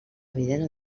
evident